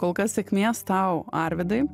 kol kas sėkmės tau arvydai